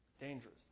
dangerous